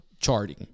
charting